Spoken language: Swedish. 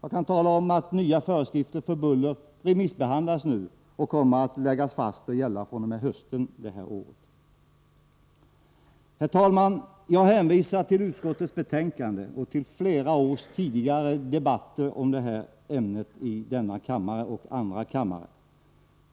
Jag kan tala om att ett förslag till nya föreskrifter när det gäller buller just nu remissbehandlas. De nya föreskrifterna skall träda i kraft i höst. Herr talman! Jag hänvisar till utskottets betänkande och till flera tidigare års debatter i detta ämne här i riksdagen.